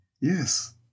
Yes